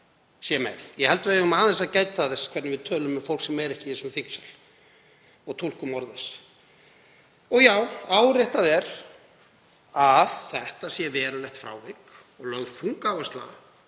sé með. Ég held að við eigum aðeins að gæta þess hvernig við tölum um fólk sem ekki er í þessum þingsal og túlkum orð þess. Og já, áréttað er að þetta sé verulegt frávik og lögð þung áhersla